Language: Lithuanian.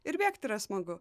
ir bėgt yra smagu